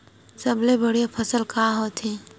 सबले बढ़िया फसल का होथे?